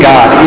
God